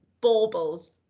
baubles